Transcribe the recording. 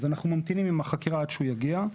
אז אנחנו ממתינים עם החקירה עד שהוא יגיע.